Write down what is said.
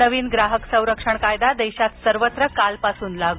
नवीन ग्राहक संरक्षण कायदा देशात सर्वत्र कालपासून लागू